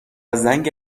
زنگ